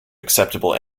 acceptable